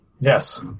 Yes